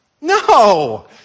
No